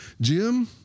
Jim